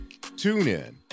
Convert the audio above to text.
TuneIn